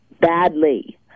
badly